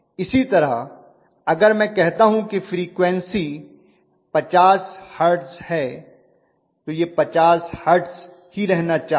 इसी तरह अगर मैं कहता हूं कि फ्रीक्वन्सी 50 हर्ट्ज है तो यह 50 हर्ट्ज ही रहना चाहिए